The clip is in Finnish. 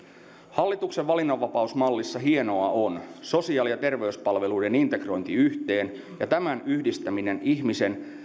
hallituksen valinnanvapausmallissa hienoa on sosiaali ja terveyspalveluiden integrointi yhteen ja tämän yhdistäminen ihmisen